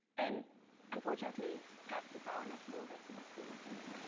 and unfortunately path to power next door gets more students then me.